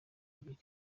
nibiri